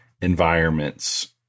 environments